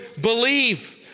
believe